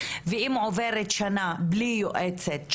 ואם עוברת שנה בלי יועצת,